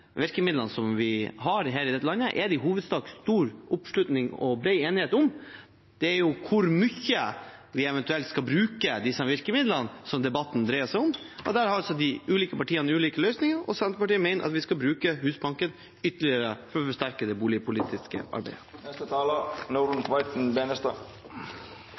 i hovedsak stor oppslutning og bred enighet om. Det er hvor mye vi eventuelt skal bruke disse virkemidlene, debatten dreier seg om. Der har de ulike partiene ulike løsninger. Senterpartiet mener at vi skal bruke Husbanken ytterligere for å forsterke det boligpolitiske arbeidet.